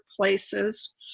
places